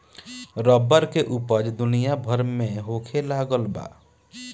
rubber के ऊपज दुनिया भर में होखे लगल बा